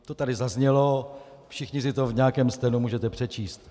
To tady zaznělo, všichni si to v nějakém stenu můžete přečíst.